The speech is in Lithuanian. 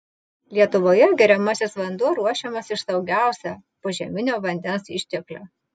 lietuvoje geriamasis vanduo ruošiamas iš saugiausio požeminio vandens išteklių